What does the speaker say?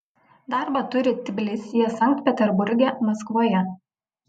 darbą turi tbilisyje sankt peterburge maskvoje